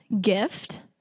gift